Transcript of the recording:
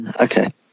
okay